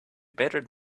better